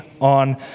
on